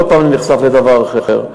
שכל פעם אני נחשף לדבר אחר.